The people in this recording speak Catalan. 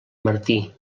martí